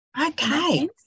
Okay